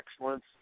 excellence